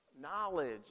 knowledge